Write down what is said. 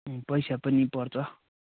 पैसा पनि पर्छ